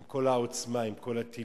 עם כל העוצמה, עם כל הטילים,